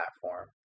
platform